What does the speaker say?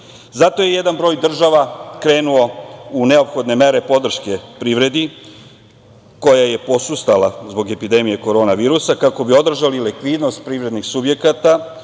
je jedan broj država krenuo u neophodne mere podrške privredi, koja je posustala zbog epidemije korona virusa, kako bi održali likvidnost privrednih subjekata,